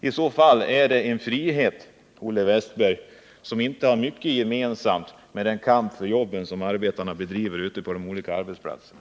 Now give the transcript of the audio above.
I så fall är det en frihet, Olle Wästberg, som inte har mycket gemensamt med den kamp för jobben som arbetarna bedriver ute på de olika arbetsplatserna.